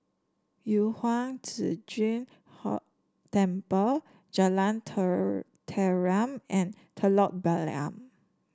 Yu Huang Zhi Zun Temple Jalan Tenteram and Telok Blangah